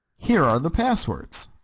here are the passwords.